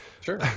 Sure